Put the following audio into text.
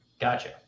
Gotcha